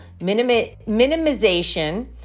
minimization